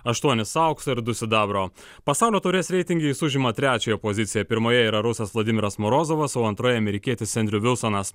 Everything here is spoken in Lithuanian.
aštuonis aukso ir du sidabro pasaulio taurės reitinge užima trečiąją poziciją pirmoje yra rusas vladimiras morozovas o antroje amerikietis andriu vilsonas